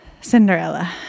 Cinderella